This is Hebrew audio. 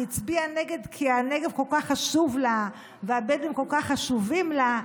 והצביעה נגד כי הנגב כל כך חשוב לה והבדואים כל כך חשובים לה,